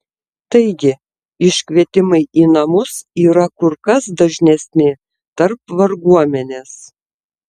taigi iškvietimai į namus yra kur kas dažnesni tarp varguomenės